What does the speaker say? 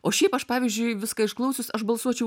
o šiaip aš pavyzdžiui viską išklausius aš balsuočiau